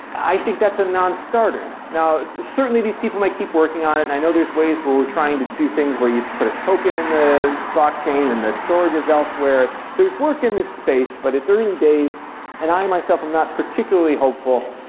i think that's a non-starter now, certainly these people might keep working on it. i know there's ways where we're trying to do things, where you put a token in the blockchain and the storage is elsewhere. there's work in this space, but it's early days and i myself i'm not particularly hopeful.